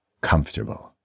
Comfortable